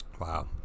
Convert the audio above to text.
Wow